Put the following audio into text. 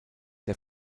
der